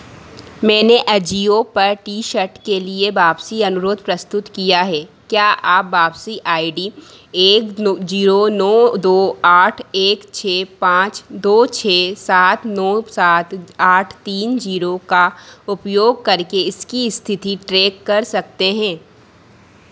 मैंने अजिओ पर T shirt के लिए वापसी अनुरोध प्रस्तुत किया है क्या आप वापसी आई डी एक जीरो नौ दो आठ एक छः पाँच दो छः सात नौ सात आठ तीन जीरो का उपयोग करके इसकी स्थिति ट्रेक कर सकते है